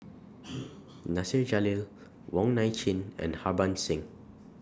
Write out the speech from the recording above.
Nasir Jalil Wong Nai Chin and Harbans Singh